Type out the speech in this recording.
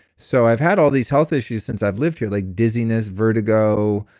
so i've had all these health issues since i've lived here like dizziness, vertigo,